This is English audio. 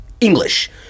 English